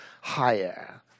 higher